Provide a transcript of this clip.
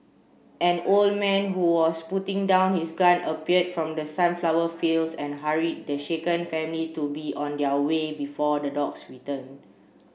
an old man who was putting down his gun appeared from the sunflower fields and hurried the shaken family to be on their way before the dogs return